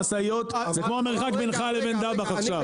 למשאיות זה כמו המרחק בינך לבין דבאח עכשיו,